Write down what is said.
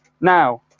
now